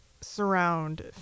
surround